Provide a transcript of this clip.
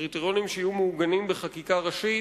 קריטריונים שיהיו מעוגנים בחקיקה ראשית,